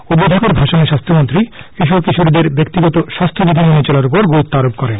উদ্বোধনের ভাষণে স্বাস্থ্যমন্ত্রী কিশোর কিশোরীদের ব্যক্তিগত স্বাস্হ্যবিধি মেনে চলার উপর গুরুত্বারোপ করেন